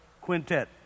Quintet